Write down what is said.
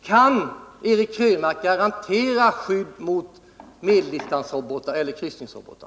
Kan Eric Krönmark garantera skydd mot medeldistanseller kryssningsrobotar?